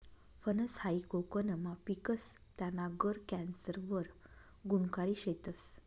फनस हायी कोकनमा पिकस, त्याना गर कॅन्सर वर गुनकारी शेतस